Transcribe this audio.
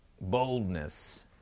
boldness